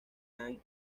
han